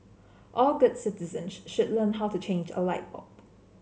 all good citizen learn how to change a light bulb